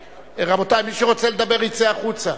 רבותי, מי שרוצה לדבר יצא החוצה.